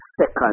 second